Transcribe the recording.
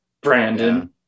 Brandon